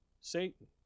Satan